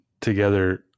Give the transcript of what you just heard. together